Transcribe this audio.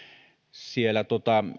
siellä